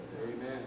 Amen